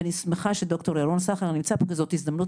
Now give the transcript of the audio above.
ואני שמחה שד"ר ירון סחר נמצא פה כי זו הזדמנות